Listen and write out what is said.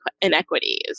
inequities